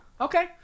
Okay